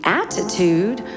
attitude